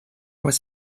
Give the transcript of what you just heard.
was